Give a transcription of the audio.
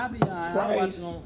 price